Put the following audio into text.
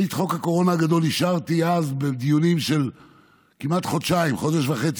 את חוק הקורונה הגדול אני אישרתי אז בדיונים של חודש וחצי-חודשיים